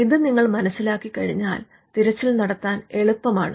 ഇത് നിങ്ങൾ മനസിലാക്കി കഴിഞ്ഞാൽ തിരച്ചിൽ നടത്താൻ എളുപ്പമാണ്